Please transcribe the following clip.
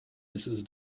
mrs